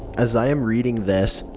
as i am reading this,